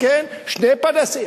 כן, ושני פנסים.